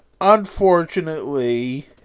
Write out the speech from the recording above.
unfortunately